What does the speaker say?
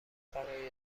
برای